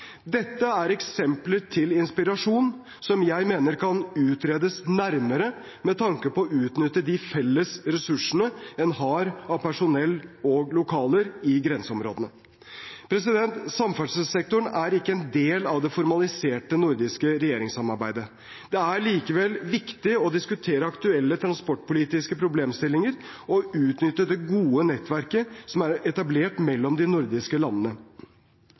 Dette er eksempler til inspirasjon som jeg mener kan utredes nærmere, med tanke på å utnytte de felles ressursene en har når det gjelder personell og lokaler i grenseområdene. Samferdselssektoren er ikke en del av det formaliserte nordiske regjeringssamarbeidet. Det er likevel viktig å diskutere aktuelle transportpolitiske problemstillinger og utnytte det gode nettverket som er etablert mellom de nordiske landene.